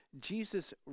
Jesus